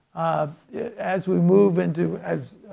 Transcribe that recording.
um as we move into. as